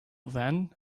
then